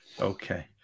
Okay